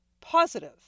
positive